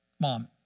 mom